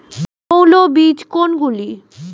মৌল বীজ কোনগুলি?